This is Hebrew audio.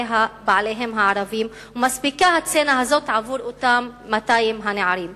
בעליהם הערבים ומספיקה הסצנה הזאת עבור אותם 200 הנערים.